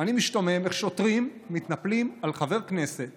אני משתומם איך שוטרים מתנפלים על חבר כנסת